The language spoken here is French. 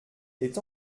est